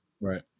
Right